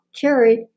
carried